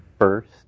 first